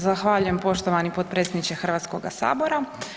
Zahvaljujem poštovani potpredsjedniče Hrvatskoga sabora.